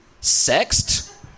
Sexed